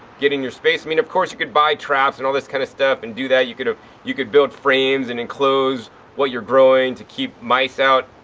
get in your space. i mean, of course you could buy traps and all this kind of stuff and do that. you could you could build frames and enclose what you're growing to keep mice out.